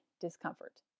discomfort